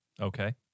Okay